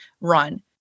run